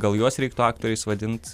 gal juos reiktų aktoriais vadint